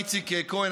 איציק כהן,